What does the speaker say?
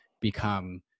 become